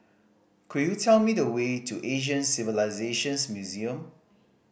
could you tell me the way to Asian Civilisations Museum